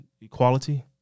equality